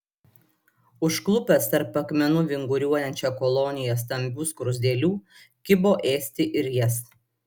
užklupęs tarp akmenų vinguriuojančią koloniją stambių skruzdėlių kibo ėsti ir jas